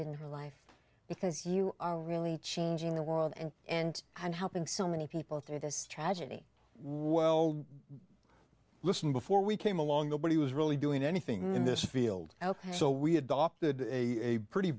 in her life because you are really changing the world and and and helping so many people through this tragedy while listen before we came along the body was really doing anything in this field so we adopted a pretty